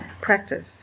practice